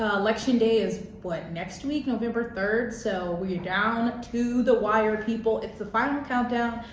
election day is what next week november third, so we're down to the wire people, it's the final countdown.